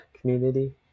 community